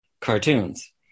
cartoons